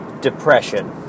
depression